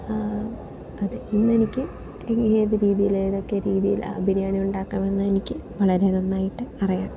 അതെ ഇന്നെനിക്ക് ഏത് രീതിയിൽ ഏതൊക്കെ രീതിയിൽ ബിരിയാണി ഉണ്ടാക്കാമെന്നെനിക്ക് വളരെ നന്നായിട്ട് അറിയാം